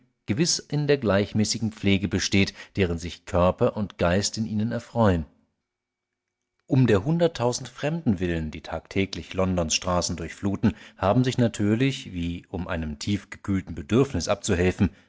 gewiß in der gleichmäßigen pflege besteht deren sich körper und geist in ihnen erfreun um der hunderttausend fremden willen die tagtäglich londons straßen durchfluten haben sich natürlich wie um einem tiefgekühlten bedürfnis abzuhelfen